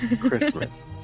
christmas